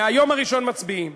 מהיום הראשון מצביעים.